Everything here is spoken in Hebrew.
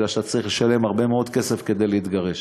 כי אתה צריך לשלם הרבה מאוד כסף כדי להתגרש.